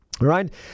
Right